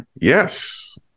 Yes